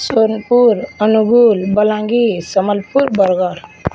Sonepur Angul Balangir Sambalpur Bargarh